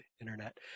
internet